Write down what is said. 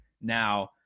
now